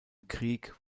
krieg